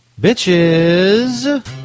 bitches